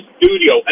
studio